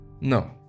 no